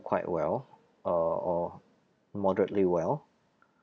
quite well uh or moderately well